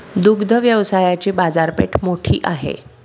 दुग्ध व्यवसायाची बाजारपेठ मोठी आहे